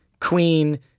Queen